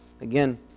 again